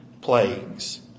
plagues